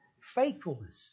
Faithfulness